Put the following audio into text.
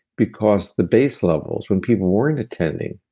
because the base levels, when people weren't attending,